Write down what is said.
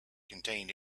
contained